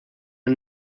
are